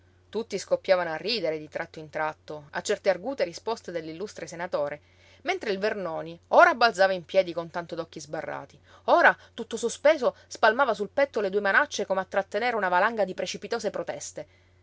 tutti scoppiavano a ridere di tratto in tratto a certe argute risposte dell'illustre senatore mentre il vernoni ora balzava in piedi con tanto d'occhi sbarrati ora tutto sospeso spalmava sul petto le due manacce come a trattenere una valanga di precipitose proteste